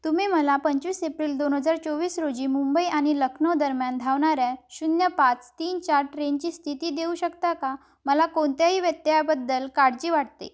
तुम्ही मला पंचवीस एप्रिल दोन हजार चोवीस रोजी मुंबई आणि लखनौ दरम्यान धावणाऱ्या शून्य पाच तीन चार ट्रेनची स्थिती देऊ शकता का मला कोणत्याही व्यत्ययाबद्दल काळजी वाटते